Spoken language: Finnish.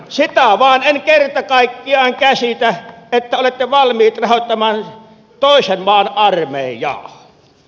sitä vaan en kerta kaikkiaan käsitä että olette valmiit rahoittamaan toisen maan armeijaa